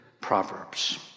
Proverbs